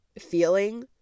feeling